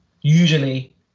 Usually